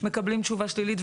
מקבלים תשובה שלילית,